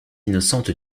innocente